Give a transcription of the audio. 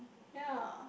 yeah